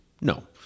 no